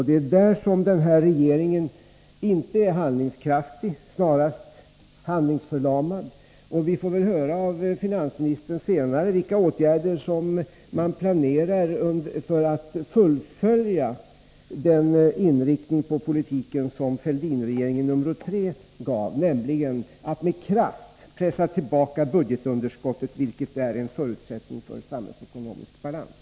I detta avseende är den nuvarande regeringen inte handlingskraftig utan snarare handlingsförlamad. Vi får väl senare här av finansministern höra vilka åtgärder som man planerar för att fullfölja den inriktning på politiken som regeringen Fälldin III gav, nämligen att med kraft pressa tillbaka budgetunderskottet, vilket är en förutsättning för samhällsekonomisk balans.